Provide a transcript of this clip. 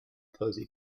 posey